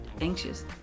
anxious